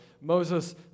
Moses